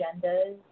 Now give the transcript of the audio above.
agendas